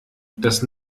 das